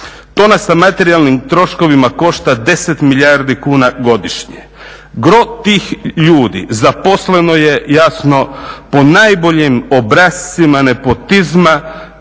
To nas sa materijalnim troškovima košta 10 milijarda kuna godišnje. Gro tih ljudi zaposleno je jasno po najboljem obrascima nepotizma,